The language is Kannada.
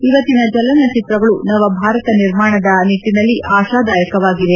ಇವತ್ತಿನ ಚಲನಚಿತ್ರಗಳು ನವಭಾರತ ನಿರ್ಮಾಣದ ನಿಟ್ಲನಲ್ಲಿ ಆಶಾದಾಯಕವಾಗಿವೆ